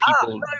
people